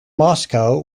moscow